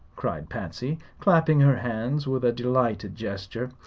cried patsy, clapping her hands with a delighted gesture.